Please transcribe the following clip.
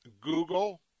Google